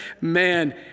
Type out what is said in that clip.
man